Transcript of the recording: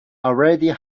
already